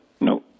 No